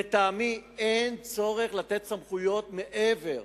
לטעמי אין צורך לתת סמכויות מעבר